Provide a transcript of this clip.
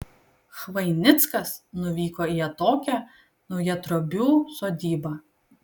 chvainickas nuvyko į atokią naujatriobių sodybą